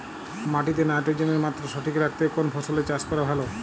মাটিতে নাইট্রোজেনের মাত্রা সঠিক রাখতে কোন ফসলের চাষ করা ভালো?